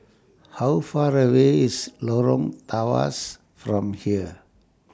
How Far away IS Lorong Tawas from here